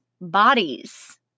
bodies